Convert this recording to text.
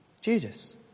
Judas